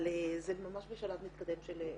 אבל זה ממש בשלב מתקדם של הכנסה.